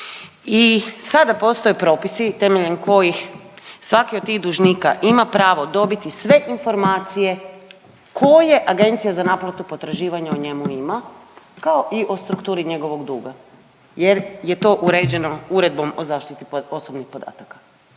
I sada postoje propisi temeljem kojih svaki od tih dužnika ima pravo dobiti sve informacije koje Agencije za naplatu potraživanja o njemu ima, kao i o strukturi njegovog duga jer je to uređeno Uredbom o zaštiti osobnih podataka,